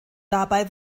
dabei